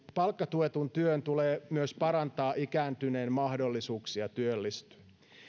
palkkatuetun työn tulee parantaa ikääntyneen mahdollisuuksia työllistyä